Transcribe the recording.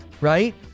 right